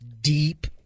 deep